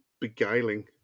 beguiling